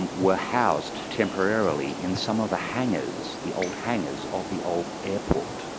were housed temporarily in some of the hangers, the old hangars of the old airport.